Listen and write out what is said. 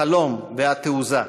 החלום והתעוזה.